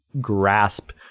grasp